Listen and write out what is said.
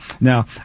Now